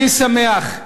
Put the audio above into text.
אני שמח,